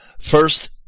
First